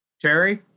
Terry